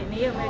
you